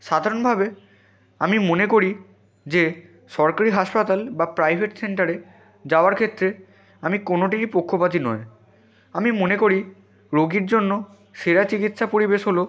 সাধারণভাবে আমি মনে করি যে সরকারি হাসপাতাল বা প্রাইভেট সেন্টারে যাওয়ার ক্ষেত্রে আমি কোনোটিরই পক্ষপাতী নয় আমি মনে করি রোগীর জন্য সেরা চিকিৎসা পরিবেশ হলো